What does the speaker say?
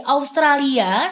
Australia